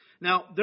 Now